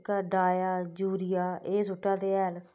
ते डाया जूरिया एह् सुट्टादे हैल